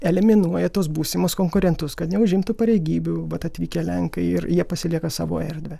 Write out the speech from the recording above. eliminuoja tuos būsimus konkurentus kad neužimtų pareigybių mat atvykę lenkai ir jie pasilieka savo erdvę